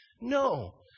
No